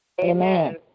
Amen